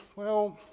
well,